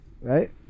right